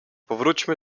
powróćmy